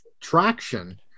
traction